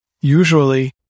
Usually